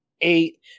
eight